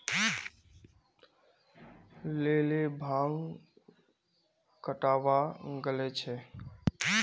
lily भांग कटावा गले छे